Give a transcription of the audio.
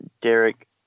Derek